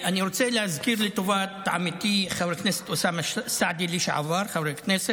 אני רוצה להזכיר לטובה את עמיתי חבר הכנסת לשעבר אוסאמה סעדי,